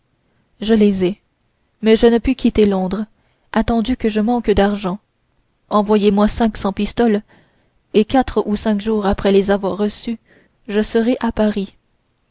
je les ai mais je ne puis quitter londres attendu que je manque d'argent envoyez-moi cinq cents pistoles et quatre ou cinq jours après les avoir reçues je serai à paris